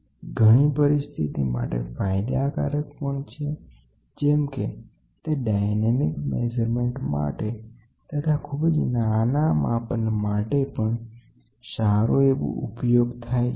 તેથી ઘણી પરિસ્થિતિ માટે ફાયદાકારક પણ છે જેમ કે તે ડાયનેમિક મેઝરમેન્ટ માટે પણ અલગ રીતે કમ કામ કરી શકે છે તથા ખૂબ જ નાના માપન માટે પણ ઉપયોગી થાય છે